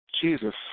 Jesus